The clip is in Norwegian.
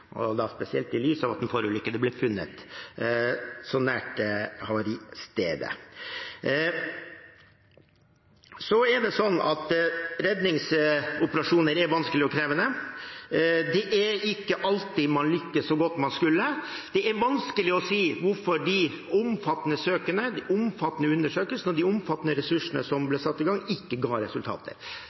og da spesielt i lys av at den forulykkede ble funnet så nær havaristedet. Så er det sånn at redningsoperasjoner er vanskelige og krevende. Det er ikke alltid man lykkes så godt som man skulle. Det er vanskelig å si hvorfor de omfattende søkene, de omfattende undersøkelsene, og de omfattende ressursene som ble satt i gang, ikke ga resultater.